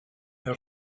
her